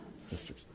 Sisters